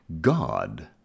God